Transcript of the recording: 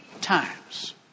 times